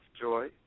joy